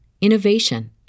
innovation